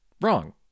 Wrong